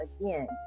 again